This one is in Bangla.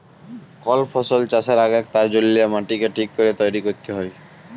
কল ফসল চাষের আগেক তার জল্যে মাটিকে ঠিক ভাবে তৈরী ক্যরতে হ্যয়